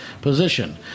position